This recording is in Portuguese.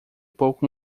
pouco